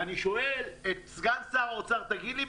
ואני שואל את סגן שר האוצר: תגיד לי,